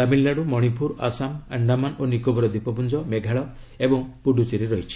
ତାମିଲନାଡୁ ମଣିପୁର ଆସାମ ଆଶ୍ଡାମାନ ଓ ନିକୋବର ଦ୍ୱୀପପୁଞ୍ଜ ମେଘାଳୟ ଓ ପୁଡ଼ୁଚେରୀ ରହିଛି